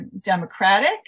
democratic